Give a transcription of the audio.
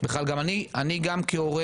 אני כהורה